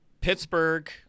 Pittsburgh